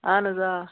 اَہَن حظ آ